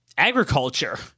Agriculture